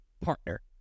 partner